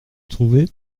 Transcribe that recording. trouvés